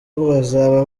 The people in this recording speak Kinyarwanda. bazaba